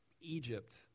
Egypt